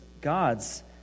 gods